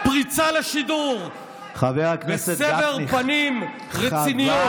פריצה לשידור בסבר פנים רציניות.